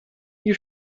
you